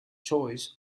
choice